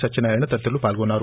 సత్యనారాయణ తదితరులు పాల్గొన్నారు